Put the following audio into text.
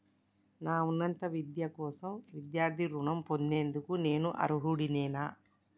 నా ఉన్నత విద్య కోసం విద్యార్థి రుణం పొందేందుకు నేను అర్హుడినేనా?